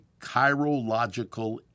chirological